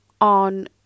on